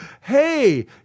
hey